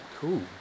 cool